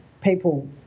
People